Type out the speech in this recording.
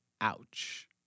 ouch